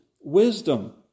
wisdom